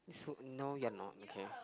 so no you're not okay